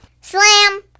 Slam